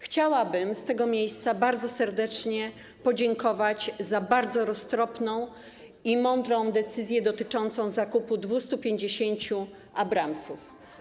Chciałabym z tego miejsca bardzo serdecznie podziękować za bardzo roztropną i mądrą decyzję dotyczącą zakupu 250 abramsów.